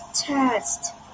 test